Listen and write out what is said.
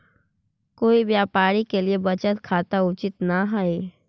कोई व्यापारी के लिए बचत खाता उचित न हइ